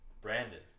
Brandon